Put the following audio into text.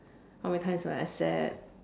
how many times am I sad